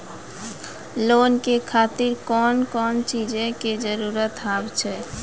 Loan के खातिर कौन कौन चीज के जरूरत हाव है?